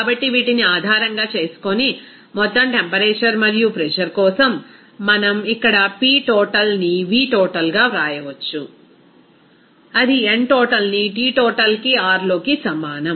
కాబట్టి వీటిని ఆధారం చేసుకొని మొత్తం టెంపరేచర్ మరియు ప్రెజర్ కోసం మనం ఇక్కడ P టోటల్ని V టోటల్గా వ్రాయవచ్చు అది n టోటల్ని T టోటల్కి R లోకి సమానం